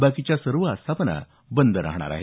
बाकीच्या सर्व आस्थापना बंद राहणार आहेत